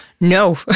no